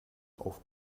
auf